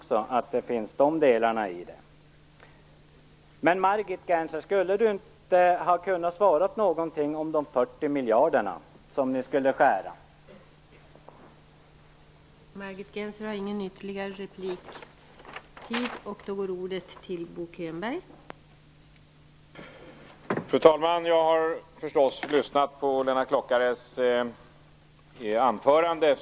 Skulle inte Margit Gennser ha kunnat svara något på frågan om de 40 miljarder som ni skulle skära ned?